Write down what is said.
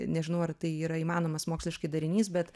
nežinau ar tai yra įmanomas moksliškai darinys bet